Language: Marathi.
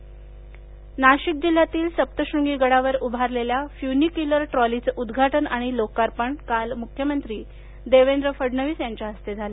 नाशिक नाशिक जिल्ह्यातील सप्तश्रंगी गडावर उभारलेल्या फ्यूनिक्युलर ट्रॉलीचं उद्घाटन आणि लोकार्पण काल मुख्यमंत्री देवेंद्र फडणवीस यांच्या हस्ते झालं